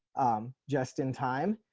just in time.